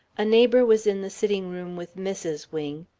a neighbor was in the sitting room with mrs. wing.